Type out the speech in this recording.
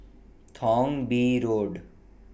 Thong Bee Road